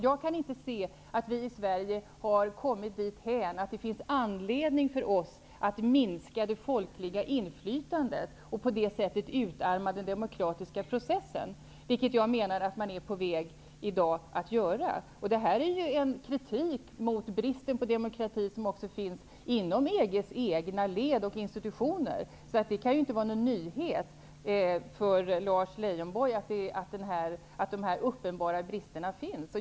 Jag kan inte se att vi i Sverige har kommit dithän att det finns anledning för oss att minska det folkliga inflytandet och på det sättet utarma den demokratiska processen, vilket jag menar att man i dag är på väg att göra. Det här är en kritik mot bristen på demokrati som framförs också inom EG:s egna led och institutioner, så det kan inte vara någon nyhet för Lars Leijonborg att dessa uppenbara brister finns.